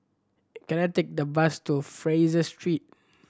can I take the bus to Fraser Street